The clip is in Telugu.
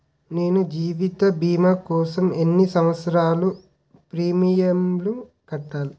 నేను జీవిత భీమా కోసం ఎన్ని సంవత్సారాలు ప్రీమియంలు కట్టాలి?